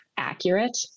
accurate